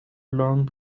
long